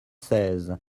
seize